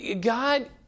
God